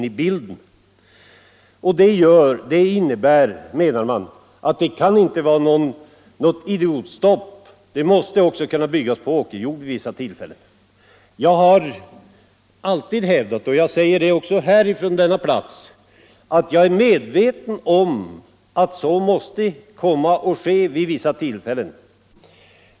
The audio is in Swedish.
Det innebär, menar han, att det inte kan vara något ”idiotstopp”, utan det måste också kunna byggas på åkerjord vid vissa tillfällen. Jag har alltid hävdat — och jag säger det också här — att så måste ske vid vissa tillfällen.